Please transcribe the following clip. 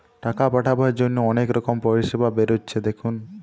টাকা পাঠাবার জন্যে অনেক রকমের পরিষেবা বেরাচ্ছে দেখুন